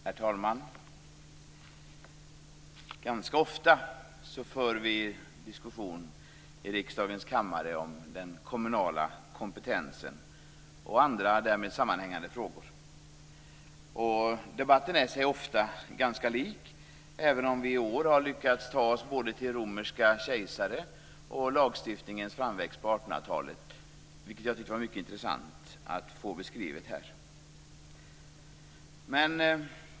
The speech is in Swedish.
Herr talman! Ganska ofta för vi diskussion i riksdagens kammare om den kommunala kompetensen och andra därmed sammanhängande frågor. Debatten är sig ofta ganska lik, även om vi i år har lyckats ta oss till både romerska kejsare och lagstiftningens framväxt på 1800-talet, vilket jag tyckte var mycket intressant att få beskrivet här.